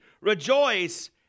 Rejoice